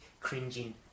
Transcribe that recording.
cringing